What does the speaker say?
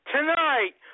Tonight